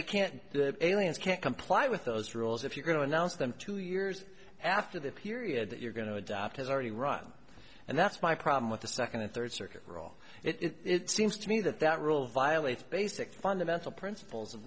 they can't the aliens can't comply with those rules if you're going to announce them two years after the period that you're going to adopt has already run and that's my problem with the second and third circuit role it seems to me that that rule violates basic fundamental principles of